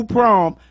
Prom